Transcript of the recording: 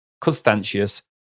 Constantius